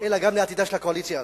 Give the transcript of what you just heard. אלא גם לעתידה של הקואליציה הזאת.